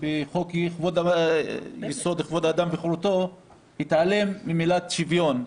בחוק יסוד: כבוד יסוד האדם וחירותו התעלם מהמילה "שוויון".